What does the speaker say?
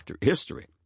history